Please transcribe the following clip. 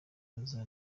aza